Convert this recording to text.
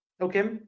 okay